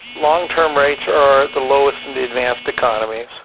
long-term rates are the lowest in the advanced economies.